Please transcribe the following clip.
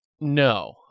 No